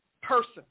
person